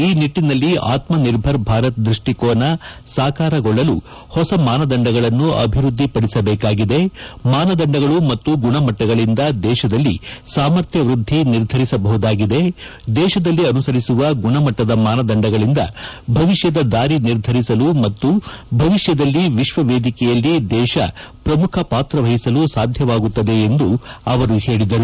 ಈ ನಿಟ್ಟಿನಲ್ಲಿ ಆತ್ಮನಿರ್ಭರ್ ಭಾರತ್ ದೃಷ್ಟಿಕೋನ ಸಾಕಾರಗೊಳ್ಳಲು ಹೊಸ ಮಾನದಂಡಗಳನ್ನು ಅಭಿವೃದ್ದಿಪಡಿಸಬೇಕಾಗಿದೆ ಮಾನದಂಡಗಳು ಮತ್ತು ಗುಣಮಟ್ಟಗಳಿಂದ ದೇಶದಲ್ಲಿ ಸಾಮರ್ಥ್ಯ ವೃದ್ದಿ ನಿರ್ಧರಿಸಬಹುದಾಗಿದೆ ದೇಶದಲ್ಲಿ ಅನುಸರಿಸುವ ಗುಣಮಟ್ಟ ಮಾನದಂಡಗಳಿಂದ ಭವಿಷ್ಯದ ದಾರಿ ನಿರ್ಧರಿಸಲು ಮತ್ತು ಭವಿಷ್ಯದಲ್ಲಿ ವಿಶ್ಲವೇದಿಕೆಯಲ್ಲಿ ದೇಶ ಪ್ರಮುಖ ಪಾತ್ರ ವಹಿಸಲು ಸಾಧ್ಯವಾಗುತ್ತದೆ ಎಂದು ಅವರು ಹೇಳಿದ್ದಾರೆ